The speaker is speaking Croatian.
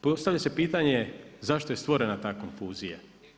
Postavlja se pitanje zašto je stvorena ta konfuzija?